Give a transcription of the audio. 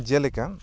ᱡᱮᱞᱮᱠᱟ